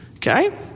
Okay